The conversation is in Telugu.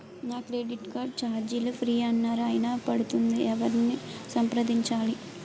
నా క్రెడిట్ కార్డ్ ఛార్జీలు ఫ్రీ అన్నారు అయినా పడుతుంది ఎవరిని సంప్రదించాలి?